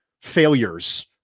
failures